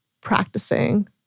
practicing